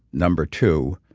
number two,